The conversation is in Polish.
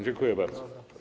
Dziękuję bardzo.